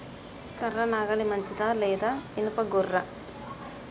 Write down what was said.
కర్ర నాగలి మంచిదా లేదా? ఇనుప గొర్ర?